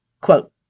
quote